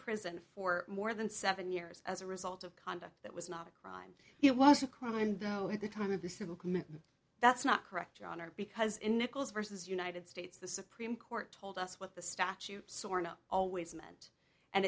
prison for more than seven years as a result of conduct that was not a crime it was a crime though at the time of the civil commitment that's not correct your honor because in nichols versus united states the supreme court told us what the statute sorta always meant and